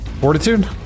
Fortitude